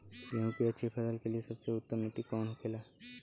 गेहूँ की अच्छी फसल के लिए सबसे उत्तम मिट्टी कौन होखे ला?